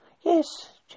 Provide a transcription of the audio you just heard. yes